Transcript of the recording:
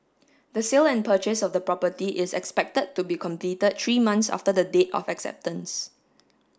the sale and purchase of the property is expected to be completed three months after the date of the acceptance